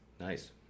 Nice